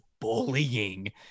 bullying